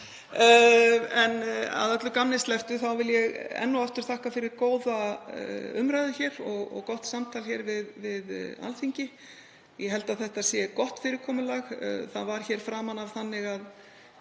En að öllu gamni slepptu vil ég enn og aftur þakka fyrir góða umræðu hér og gott samtal við Alþingi. Ég held að þetta sé gott fyrirkomulag. Það var hér framan af þannig að